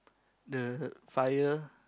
the fire